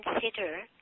consider